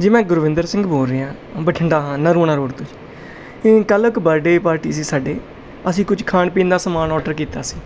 ਜੀ ਮੈਂ ਗੁਰਵਿੰਦਰ ਸਿੰਘ ਬੋਲ ਰਿਹਾ ਬਠਿੰਡਾ ਹਾਂ ਨਰੂਣਾ ਰੋਡ ਤੋਂ ਜੀ ਕੱਲ੍ਹ ਇੱਕ ਬਰਡੇ ਪਾਰਟੀ ਸੀ ਸਾਡੇ ਅਸੀਂ ਕੁਝ ਖਾਣ ਪੀਣ ਨਾਲ ਸਮਾਨ ਔਡਰ ਕੀਤਾ ਸੀ